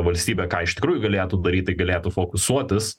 valstybė ką iš tikrųjų galėtų daryt tai galėtų fokusuotas